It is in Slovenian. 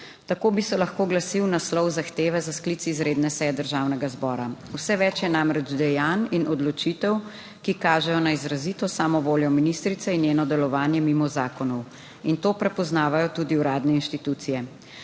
Tako bi se lahko glasil naslov zahteve za sklic izredne seje Državnega zbora. Vse več je namreč dejanj in odločitev, ki kažejo na izrazito samovoljo ministrice in njeno delovanje mimo zakonov in to prepoznavajo tudi uradne inštitucije.